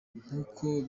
nkuko